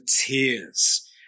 tears